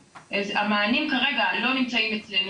המענים כרגע לא נמצאים אצלנו.